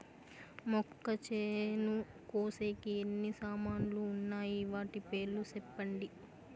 మొక్కచేను కోసేకి ఎన్ని సామాన్లు వున్నాయి? వాటి పేర్లు సెప్పండి?